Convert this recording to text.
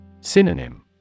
Synonym